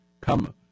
come